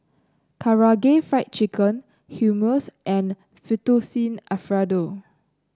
Karaage Fried Chicken Hummus and Fettuccine Alfredo